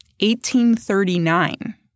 1839